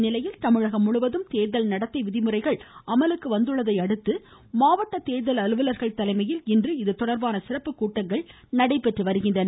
இந்நிலையில் தமிழகம் முழுவதும் தேர்தல் நடத்தை விதிமுறைகள் அமலுக்கு வந்துள்ளதையடுத்து மாவட்ட தேர்தல் அலுவலர்கள் தலைமையில் இன்று இதுதொடர்பான சிறப்பு கூட்டங்கள் நடைபெற்று வருகின்றன